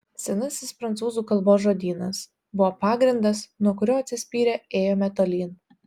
senasis prancūzų kalbos žodynas buvo pagrindas nuo kurio atsispyrę ėjome tolyn